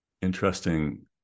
interesting